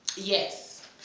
yes